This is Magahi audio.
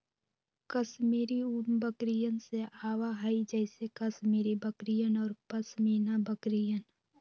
कश्मीरी ऊन बकरियन से आवा हई जैसे कश्मीरी बकरियन और पश्मीना बकरियन